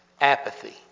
apathy